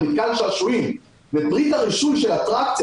-- על מתקן שעשועים ופריט הרישוי של האטרקציות,